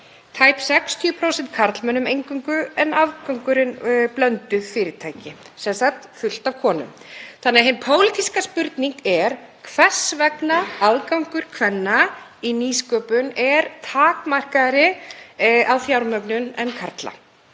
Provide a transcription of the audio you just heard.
tæp 60% karlmönnum eingöngu, en afgangurinn blönduð fyrirtæki, sem sagt fullt af konum. Þannig að hin pólitíska spurning er hvers vegna aðgangur kvenna í nýsköpun er takmarkaðri að fjármögnun en karla.